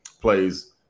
plays